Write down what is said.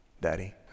Daddy